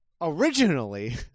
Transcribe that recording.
originally